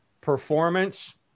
performance